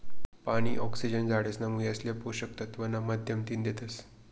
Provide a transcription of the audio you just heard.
पानी, ऑक्सिजन झाडेसना मुयासले पोषक तत्व ना माध्यमतीन देतस